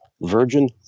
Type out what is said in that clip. virgin